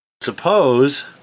suppose